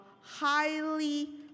highly